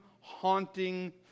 haunting